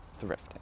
thrifting